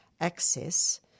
access